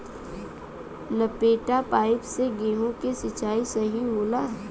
लपेटा पाइप से गेहूँ के सिचाई सही होला?